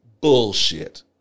bullshit